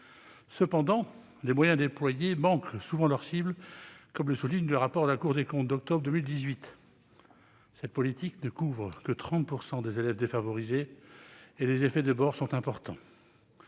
Toutefois, les moyens déployés manquent souvent leur cible, comme le souligne la Cour des comptes dans un rapport d'octobre 2018. Cette politique ne couvre que 30 % des élèves défavorisés, et les effets de bord sont importants